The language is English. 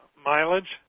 mileage